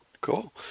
Cool